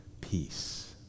Peace